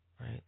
right